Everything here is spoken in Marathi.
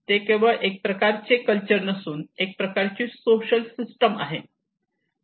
ते केवळ एक प्रकारची कल्चर नसून एक प्रकारची सोशल सिस्टम आहे